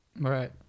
Right